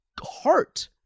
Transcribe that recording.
heart